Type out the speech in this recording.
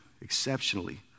exceptionally